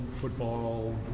football